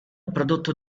prodotto